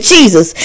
Jesus